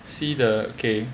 see the okay